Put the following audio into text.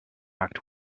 act